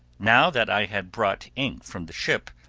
now that i had brought ink from the ship,